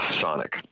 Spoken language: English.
Sonic